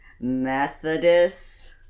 Methodist